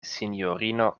sinjorino